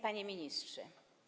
Panie Ministrze!